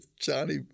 johnny